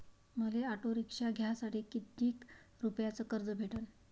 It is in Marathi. मले ऑटो रिक्षा घ्यासाठी कितीक रुपयाच कर्ज भेटनं?